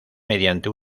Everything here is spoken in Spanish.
mediante